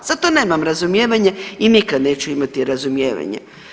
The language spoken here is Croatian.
Za to nemam razumijevanje i nikad neću imati razumijevanje.